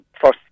first